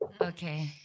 Okay